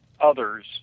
others